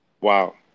Wow